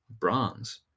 bronze